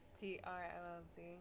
T-R-L-L-Z